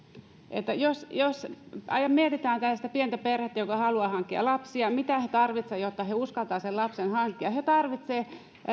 että jos mietitään tällaista pientä perhettä joka haluaa hankkia lapsia mitä he tarvitsevat jotta he uskaltavat sen lapsen hankkia niin he tarvitsevat